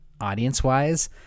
audience-wise